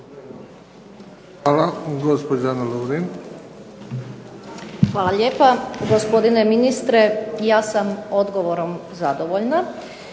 lijepa. Gospodine ministre ja sam odgovorom zadovoljna,